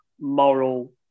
moral